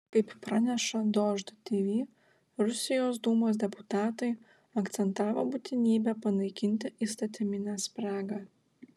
kaip praneša dožd tv rusijos dūmos deputatai akcentavo būtinybę panaikinti įstatyminę spragą